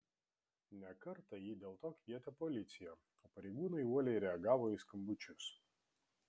ne kartą ji dėl to kvietė policiją o pareigūnai uoliai reagavo į skambučius